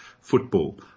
football